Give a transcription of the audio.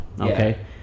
Okay